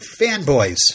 Fanboys